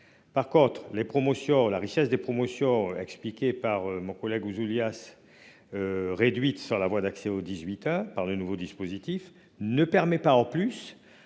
promotions. La richesse des promotions expliqué par mon collègue Ouzoulias. Réduite sur la voie d'accès au 18, à part le nouveau dispositif ne permet pas en plus